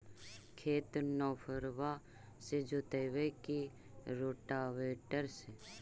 खेत नौफरबा से जोतइबै की रोटावेटर से?